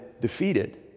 defeated